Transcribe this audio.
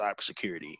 cybersecurity